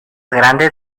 grande